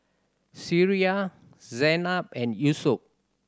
Syirah Zaynab and Yusuf